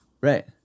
right